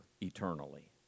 eternally